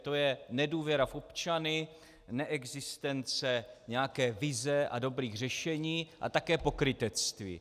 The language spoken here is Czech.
To je nedůvěra v občany, neexistence nějaké vize a dobrých řešení a také pokrytectví.